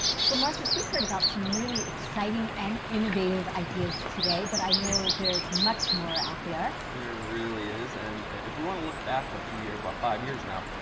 so, marcus, we heard about some really exciting and innovative ideas today but i know there's much more out there. there really is. and if we want to look back a few years, about five years now,